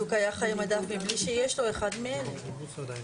במקומם יבוא: "ד' בתמוז התשפ"ה (30 ביוני 2025). מי בעד?